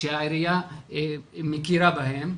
שהעירייה מכירה בהם,